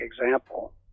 example